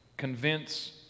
convince